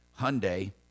Hyundai